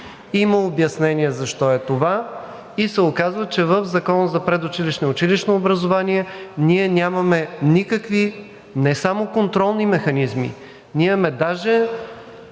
Има обяснение защо е това – оказва се, че в Закона за предучилищното и училищното образование ние нямаме никакви, не само контролни механизми,